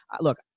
look